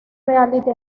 reality